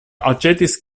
aĉetis